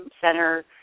center